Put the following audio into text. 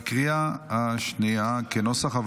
בקריאה שנייה.